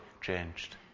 changed